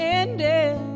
ended